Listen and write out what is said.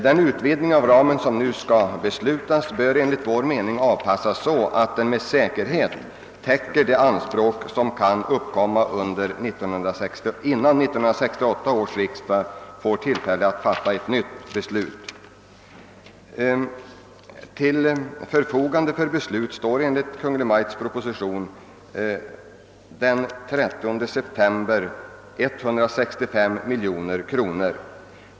Den utvidgning av ramen som nu skall beslutas bör enligt vår mening avpassas så, att den med säkerhet täcker de anspråk som kan uppkomma innan 1968 års riksdag får tillfälle att fatta ett nytt beslut. Till förfogande för beslut stod enligt Kungl. Maj:ts förslag den 30 september 1967 165 miljoner kronor.